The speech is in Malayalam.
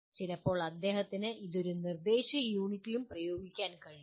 ചിലപ്പോൾ അദ്ദേഹത്തിന് ഇത് ഒരു നിർദ്ദേശ യൂണിറ്റിലും പ്രയോഗിക്കാൻ കഴിയും